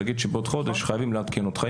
תגיד שבעוד חודש חייבים לעדכן אותך.